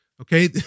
Okay